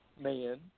man